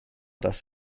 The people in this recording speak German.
dass